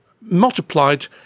multiplied